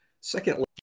Secondly